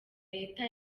leta